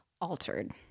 altered